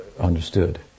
understood